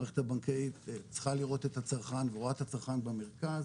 המערכת הבנקאית צריכה לראות את הצרכן ורואה את הצרכן במרכז